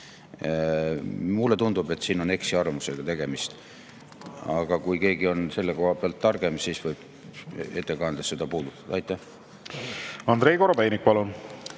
Mulle tundub, et siin on eksiarvamusega tegemist. Aga kui keegi on selle koha pealt targem, siis võib ettekandes seda puudutada. Andrei